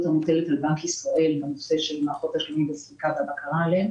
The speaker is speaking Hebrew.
המוטלת על בנק ישראל בנושא של מערכות תשלומים וסליקה והבקרה עליהן,